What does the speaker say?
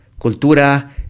cultura